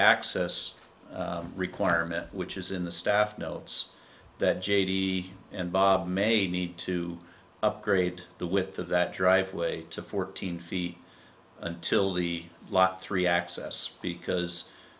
access requirement which is in the staff notes that j t and bob may need to upgrade the width of that driveway to fourteen feet until the lot three access because